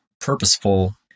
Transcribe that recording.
purposeful